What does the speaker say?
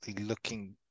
looking